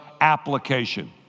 application